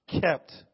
kept